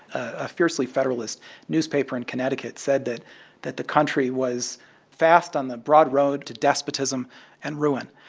a fiercely federalist newspaper in connecticut said that that the country was fast on the broad road to despotism and ruin.